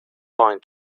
pine